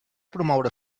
promoure